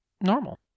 normal